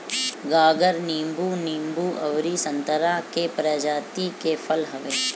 गागर नींबू, नींबू अउरी संतरा के प्रजाति के फल हवे